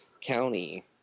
County